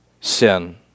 sin